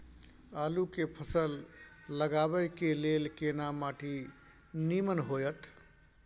आलू के फसल लगाबय के लेल केना माटी नीमन होयत?